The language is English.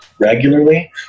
regularly